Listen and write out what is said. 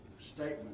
statement